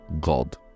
God